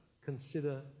consider